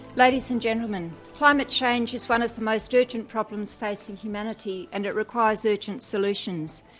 ladies and gentlemen, climate change is one so most urgent problems facing humanity and it requires urgent solutions.